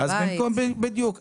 בדיוק.